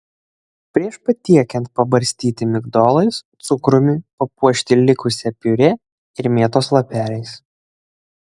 prieš patiekiant pabarstyti migdolais cukrumi papuošti likusia piurė ir mėtos lapeliais